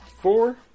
four